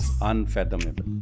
unfathomable